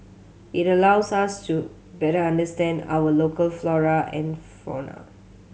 it allows us to better understand our local flora and fauna